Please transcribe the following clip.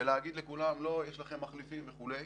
ולהגיד לכולם, לא, יש לכם מחליפים וכולי.